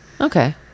Okay